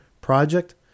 project